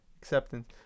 acceptance